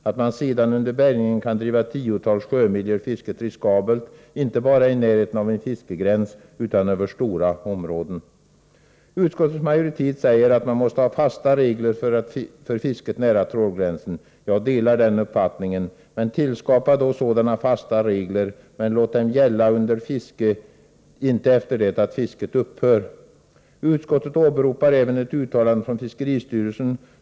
Att man sedan under bärgningen kan driva tiotals sjömil gör fisket riskabelt inte bara i närheten av en fiskegräns utan över stora områden. Utskottets majoritet säger att man måste ha fasta regler för fisket nära trålgränsen. Jag delar den uppfattningen. Tillskapa då sådana fasta regler, men låt dem gälla under fiske — inte efter det att fisket upphör. Utskottet åberopar även ett uttalande från fiskeristyrelsen.